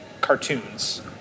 cartoons